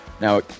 Now